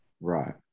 Right